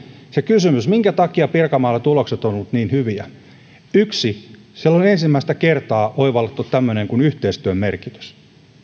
se että minkä takia pirkanmaalla tulokset ovat olleet niin hyviä yksi siellä on ensimmäistä kertaa oivallettu tämmöinen kuin yhteistyön merkitys